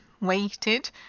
waited